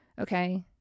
Okay